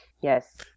Yes